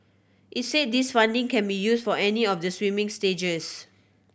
it's say this funding can be use for any of the swimming stages